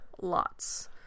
lots